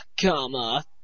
comma